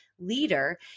leader